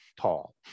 tall